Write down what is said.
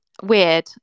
weird